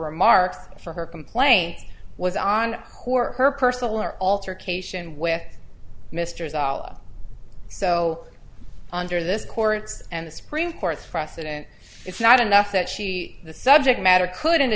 remarks for her complaint was on court her personal or alter cation with mr zala so under this court's and the supreme court's precedent it's not enough that she the subject matter could in a